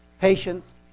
patience